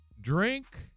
drink